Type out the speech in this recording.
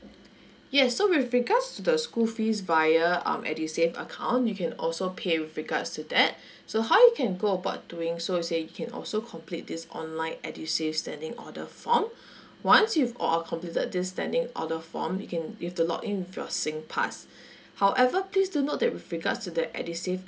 yes so with regards to the school fees via um edusave account you can also pay with regards to that so how you can go about doing so you see you can also complete this online edusave standing order form once you've all uh completed this standing order form you can with the login with your singpass however please do note that with regards to that edusave